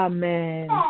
Amen